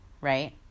right